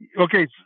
Okay